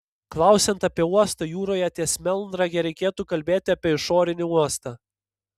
klausiant apie uostą jūroje ties melnrage reikėtų kalbėti apie išorinį uostą